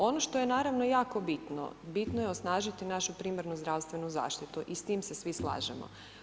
Ono što je naravno jako bitno, bitno je osnažiti našu primarnu zdravstvenu zaštitu i s tim se svi slažemo.